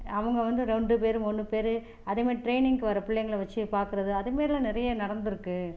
அவங்க வந்து ரெண்டு பேர் மூணு பேர் அதே மாதிரி ட்ரைனிங்க்கு வர பிள்ளைங்கள வச்சு பார்க்குறது அதே மாதிரிலாம் நிறைய நடந்துருக்கு